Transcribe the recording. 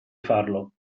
farlo